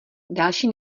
další